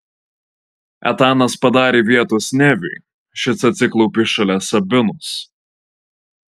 etanas padarė vietos neviui šis atsiklaupė šalia sabinos